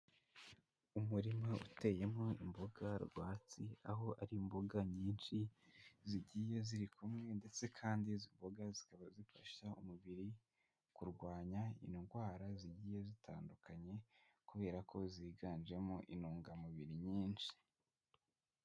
Umurima uteyemo imboga rwatsi, aho ari imboga nyinshi zigiye ziri kumwe ndetse kandi izi mboga zikaba zifasha umubiri kurwanya indwara zigiye zitandukanye kubera ko ziganjemo intungamubiri nyinshi.